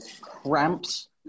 cramps